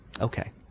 Okay